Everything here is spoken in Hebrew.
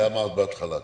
את זה אמרת בהתחלה.